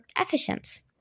efficient